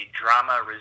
Drama